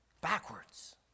Backwards